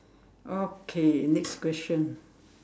okay next question